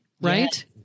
Right